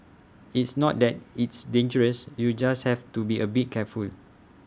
it's not that it's dangerous you just have to be A bit careful